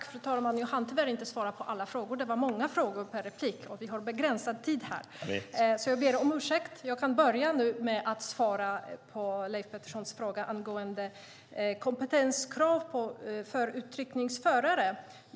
Fru talman! Jag hann tyvärr inte svara på alla frågor. Det var många frågor, och vi har begränsad tid i en replik. Jag ber om ursäkt. Jag kan nu börja med att svara på Leif Petterssons fråga angående kompetenskrav för förare av utryckningsfordon.